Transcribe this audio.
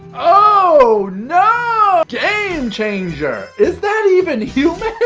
oh no. game changer, is that even human?